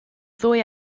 ddwy